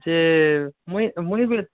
ଯେ ମୁଇଁ ମୁଇଁ ବେ